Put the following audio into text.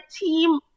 team